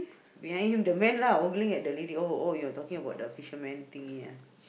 behind him the man lah ogling at the lady oh oh you're talking about the fisherman thing ah